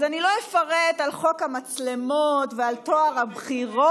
אז אני לא אפרט על חוק המצלמות ועל טוהר הבחירות,